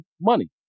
money